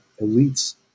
elites